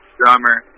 drummer